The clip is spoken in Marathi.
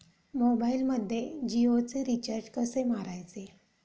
मोबाइलमध्ये जियोचे रिचार्ज कसे मारायचे?